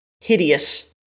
hideous